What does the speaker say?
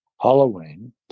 Halloween